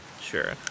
Sure